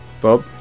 Bob